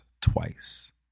twice